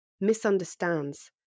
misunderstands